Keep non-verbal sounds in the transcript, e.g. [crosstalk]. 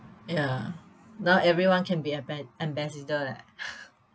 ya now everyone can be amba~ ambassador leh [laughs]